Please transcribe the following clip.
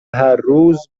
هرروز